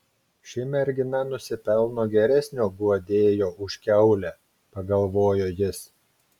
ši mergina nusipelno geresnio guodėjo už kiaulę pagalvojo jis